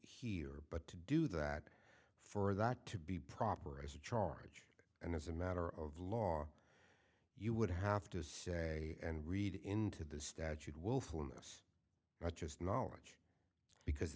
here but to do that for that to be proper as a charge and as a matter of law you would have to say and read into the statute willfulness not just knowledge because